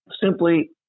simply